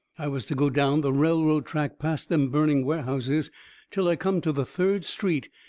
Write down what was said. i was to go down the railroad track past them burning warehouses till i come to the third street,